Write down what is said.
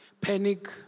panic